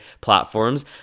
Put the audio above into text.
platforms